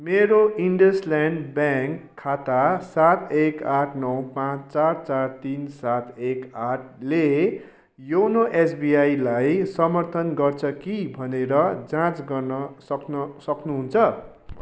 मेरो इन्डसल्यान्ड ब्याङ्क खाता सात एक आठ नौ पाँच चार चार तिन सात एक आठले योनो एसबिआईलाई समर्थन गर्छ कि भनेर जाँच गर्न सक्न सक्नुहुन्छ